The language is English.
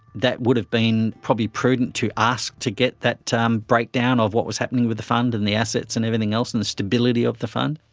that would have been probably prudent to ask to get that umm. breakdown of what was happening with the fund and the assets and everything else and the stability of the fund.